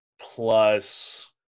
plus